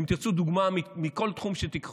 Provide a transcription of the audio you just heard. אם תרצו דוגמה, מכל תחום שתיקחו: